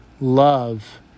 love